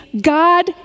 God